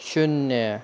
शून्य